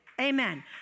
amen